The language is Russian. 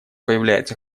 появляется